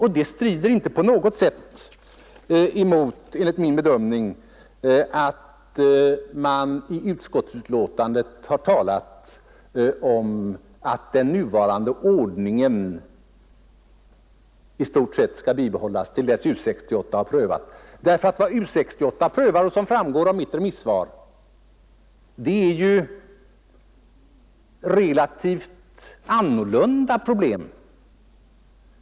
Detta strider enligt min bedömning inte på något sätt mot att man i utskottsbetänkandet har talat om att den nuvarande ordningen i stort sett skall bibehållas tills dess U 68 har prövat saken. Vad U 68 prövar — det framgår av mitt remissvar — är relativt annorlunda problem.